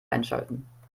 einschalten